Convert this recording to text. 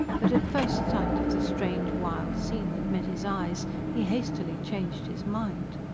but at first sight of the strange, wild scene that met his eyes he hastily changed his mind.